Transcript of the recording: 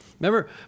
Remember